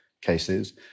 cases